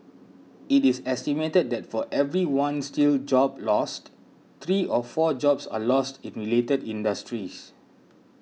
it is estimated that for every one steel job lost three or four jobs are lost in related industries